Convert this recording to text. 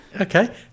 Okay